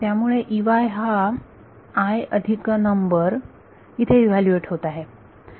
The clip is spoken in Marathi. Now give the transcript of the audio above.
त्यामुळे हा i अधिक नंबर इथे इव्हॅल्यूएट होत आहे